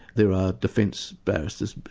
there are defence barristers,